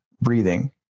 breathing